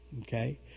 Okay